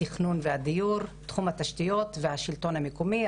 התכנון והדיור, תחום התשתיות והשלטון המקומי.